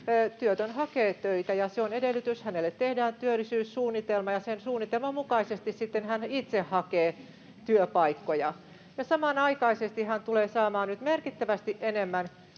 työtön hakee töitä, ja se on edellytys. Hänelle tehdään työllisyyssuunnitelma, ja sen suunnitelman mukaisesti sitten hän itse hakee työpaikkoja. Samanaikaisesti hän tulee saamaan nyt merkittävästi enemmän